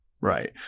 right